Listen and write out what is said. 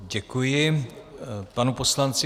Děkuji panu poslanci.